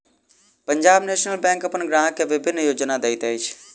Punjab National Bank अपन ग्राहक के विभिन्न योजना दैत अछि